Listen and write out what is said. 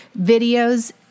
videos